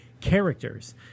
characters